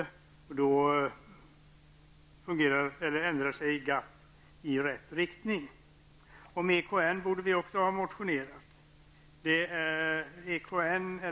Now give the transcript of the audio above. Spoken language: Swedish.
Då ändras GATT i rätt riktning. Vi borde också ha motionerat om EKN.